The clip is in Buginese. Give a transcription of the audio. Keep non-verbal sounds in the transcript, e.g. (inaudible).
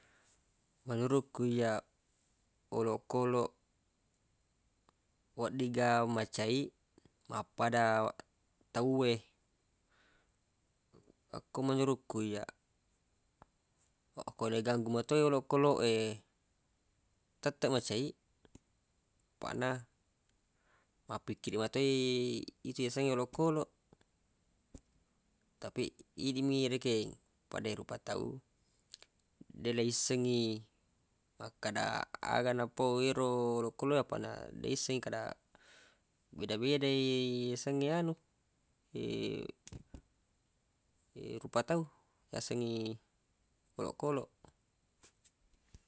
Menurukku iyyaq olokoloq weddigga macai mappada tawwe akko menuruq ku iyyaq fa ko iganggu nato yero olokoloq e tette mecai paq na mappikkiri matoi itu yasengnge olokoloq tapi imi rekeng pada e rupa tau deq le yissengngi makkada aga napau yero olokoloq napaq na de yisseng kada beda-bedai yasengnge anu (hesitation) rupa tau yasengngi olokoloq